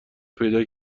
پیدا